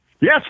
Yes